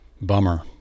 Bummer